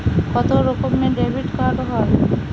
কত রকমের ডেবিটকার্ড হয়?